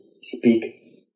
speak